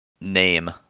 name